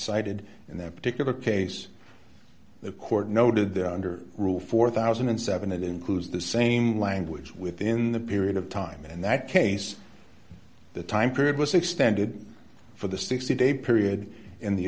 cited in their particular case the court noted that under rule four thousand and seven dollars includes the same language within the period of time in that case the time period was extended for the sixty day period in the